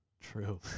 true